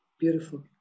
Beautiful